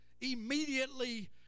immediately